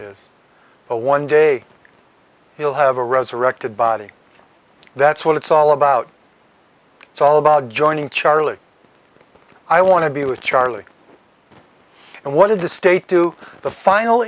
his a one day he'll have a resurrected body that's what it's all about it's all about joining charlie i want to be with charlie and what is the state to the final